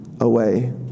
away